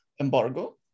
embargo